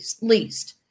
least